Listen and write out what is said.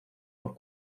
por